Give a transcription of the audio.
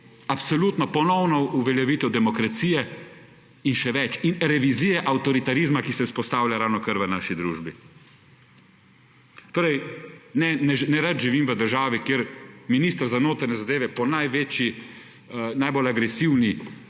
absolutno, ponovno uveljavitev demokracije in še več, in revizije avtoritarizma, ki se vzpostavlja ravnokar v naši družbi. Torej nerad živim v državi kjer minister za notranje zadeve po največji, najbolj agresivni